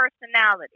personality